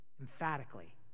emphatically